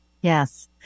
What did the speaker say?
Yes